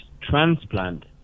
transplant